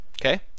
Okay